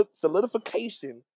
Solidification